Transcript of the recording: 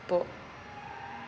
book